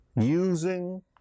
using